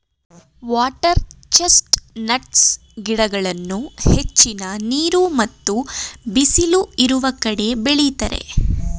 water chestnuts ಗಿಡಗಳನ್ನು ಹೆಚ್ಚಿನ ನೀರು ಮತ್ತು ಬಿಸಿಲು ಇರುವ ಕಡೆ ಬೆಳಿತರೆ